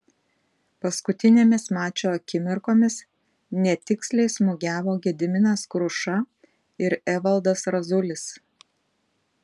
paskutinėmis mačo akimirkomis netiksliai smūgiavo gediminas kruša ir evaldas razulis